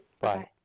Bye